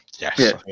Yes